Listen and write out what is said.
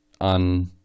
on